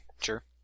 sure